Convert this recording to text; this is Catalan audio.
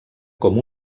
com